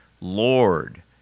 Lord